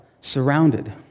surrounded